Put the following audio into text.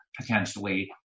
Potentially